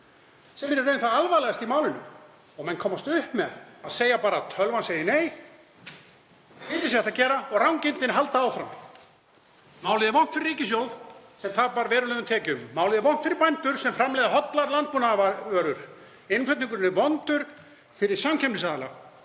sem er í raun það alvarlegasta í málinu. Menn komast upp með að segja bara: Tölvan segir nei. Að lítið sé hægt að gera og rangindin halda áfram. Málið er vont fyrir ríkissjóð sem tapar verulegum tekjum. Málið er vont fyrir bændur sem framleiða hollar landbúnaðarvörur. Innflutningurinn er vondur fyrir samkeppnisaðila